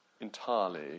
entirely